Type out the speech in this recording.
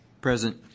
Present